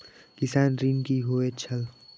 किसान ऋण की होय छल?